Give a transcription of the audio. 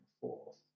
forth